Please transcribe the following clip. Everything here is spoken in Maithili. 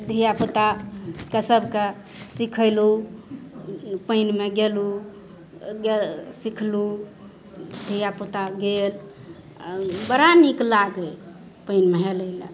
धियापुताके सबके सिखैलहुॅं पानिमे गेलहुॅं गए सिखलहुॅं धियापुता गेल बड़ा नीक लागै पानिमे हेलै लए